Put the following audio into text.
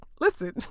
Listen